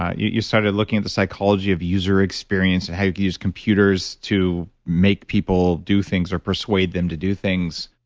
ah you you started looking at the psychology of user experience and how you could use computers to make people do things or persuade them to do things.